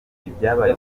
ibyabaye